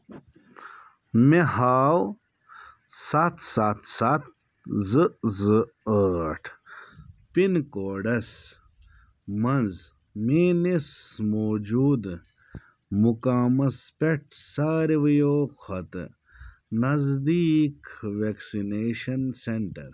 مےٚ ہاو سَتھ سَتھ سَتھ زٕ زٕ ٲٹھ پِن کوڈس مَنٛز میٲنِس موجوٗدٕ مُقامس پٮ۪ٹھ ساروِیو کھۄتہٕ نزدیٖک ویکسِنیشن سینٹر